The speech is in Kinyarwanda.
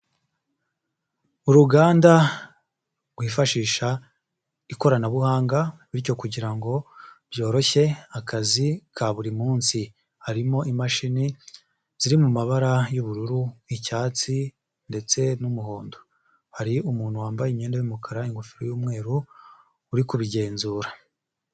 Uruganda rwifashisha ikoranabuhanga bityo kugira ngo byoroshye akazi ka buri munsi, harimo imashini ziri mu mabara y'ubururu, icyatsi ndetse n'umuhondo, hari umuntu wambaye imyenda y'umukara, ingofero y'umweru uri kubigenzura.